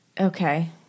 okay